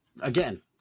again